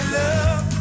love